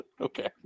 Okay